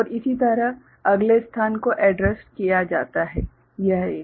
और इसी तरह अगले स्थान को एड्रैस्ड किया जाता है यह एक